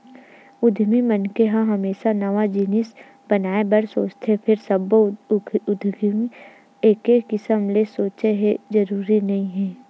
उद्यमी मनखे ह हमेसा नवा जिनिस बनाए बर सोचथे फेर सब्बो उद्यमी ह एके किसम ले सोचय ए जरूरी नइ हे